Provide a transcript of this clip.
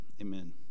Amen